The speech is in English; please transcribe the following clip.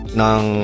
ng